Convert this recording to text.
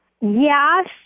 Yes